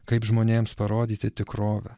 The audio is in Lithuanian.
kaip žmonėms parodyti tikrovę